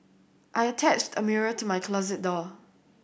I attached a mirror to my closet door